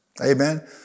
Amen